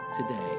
today